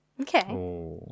Okay